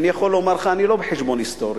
אני יכול לומר לך, אני לא בחשבון היסטורי,